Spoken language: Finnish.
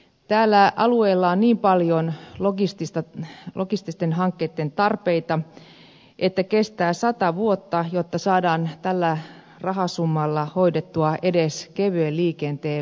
tällä alueella on niin paljon logististen hankkeitten tarpeita että kestää sata vuotta jotta saadaan tällä rahasummalla hoidettua edes kevyen liikenteen väylätarpeet